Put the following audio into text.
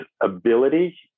ability